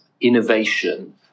innovation